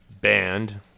band